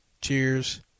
Cheers